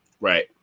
Right